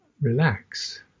relax